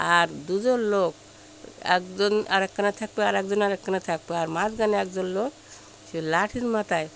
আর দুজন লোক একজন আরেকখানা থাকবে আরেকজন আরেকখানা থাকবে আর মাঝখানে একজন লোক সে লাঠির মাথায়